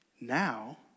now